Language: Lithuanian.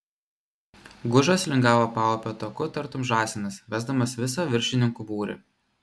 gužas lingavo paupio taku tartum žąsinas vesdamas visą viršininkų būrį